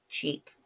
cheap